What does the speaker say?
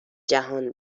جهان